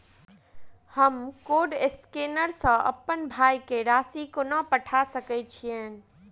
हम code scanner सँ अप्पन भाय केँ राशि कोना पठा सकैत छियैन?